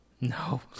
no